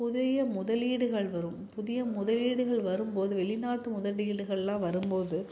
புதிய முதலீடுகள் வரும் புதிய முதலீடுகள் வரும் போது வெளிநாட்டு முதலீடுகள்லாம் வரும் போது